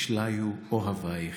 ישליו אהביך.